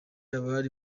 abari